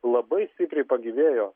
labai stipriai pagyvėjo